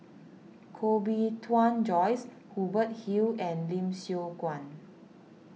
Koh Bee Tuan Joyce Hubert Hill and Lim Siong Guan